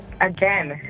again